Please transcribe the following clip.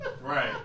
Right